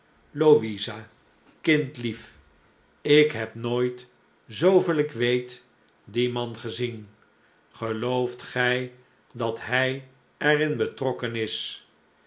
louisa kindlief ik heb nooit zpoveel ik weet clien man gezien gelooft gij dat hij er in betrokken is